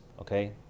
Okay